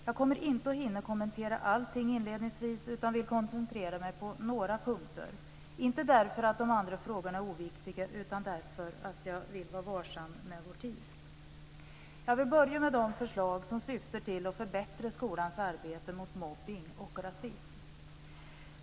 Jag kommer inte att hinna kommentera allt inledningsvis utan vill koncentrera mig på några punkter, inte därför att de andra frågorna är oviktiga utan därför att jag vill vara varsam med tiden. Jag vill börja med de förslag som syftar till att förbättra skolans arbete mot mobbning och rasism.